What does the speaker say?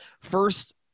First